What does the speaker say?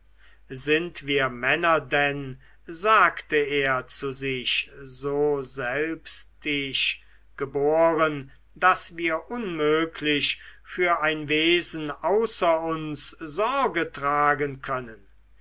sind wir männer denn sagte er zu sich so selbstisch geboren daß wir unmöglich für ein wesen außer uns sorge tragen können